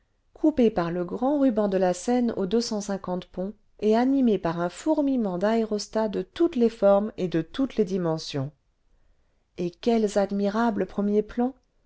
coupé par le grand ruban de la seine aux deux cent cinquante ponts et animé par un fourmillement d'aérostats de toutes les formes et de toutes les dimensions et quels admirables premiers plans